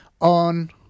on